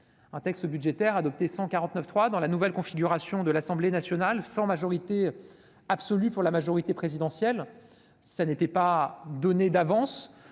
sans recours au 49.3. Dans la nouvelle configuration de l'Assemblée nationale, sans majorité absolue pour la majorité présidentielle, ce n'était pas gagné d'avance